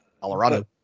Colorado